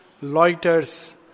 loiters